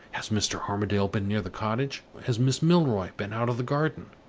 has mr. armadale been near the cottage? has miss milroy been out of the garden?